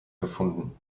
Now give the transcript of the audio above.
gefunden